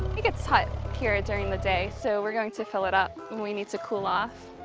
it gets hot here during the day, so we're going to fill it up when we need to cool off.